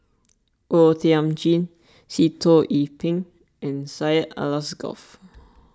O Thiam Chin Sitoh Yih Pin and Syed Alsagoff